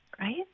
Right